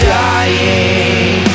dying